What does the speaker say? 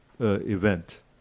Event